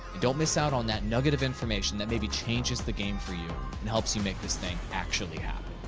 don't miss out on that nugget of information that maybe changes the game for you and helps you make this thing actually happen.